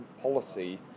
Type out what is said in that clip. policy